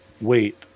wait